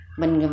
mình